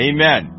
Amen